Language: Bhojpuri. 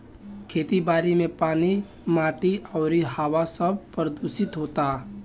खेती बारी मे पानी आ माटी अउरी हवा सब प्रदूशीत होता